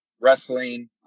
wrestling